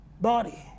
body